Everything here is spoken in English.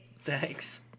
Thanks